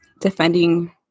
defending